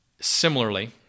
Similarly